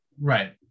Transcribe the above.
right